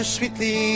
Sweetly